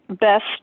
best